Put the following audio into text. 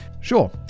sure